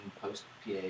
post-PA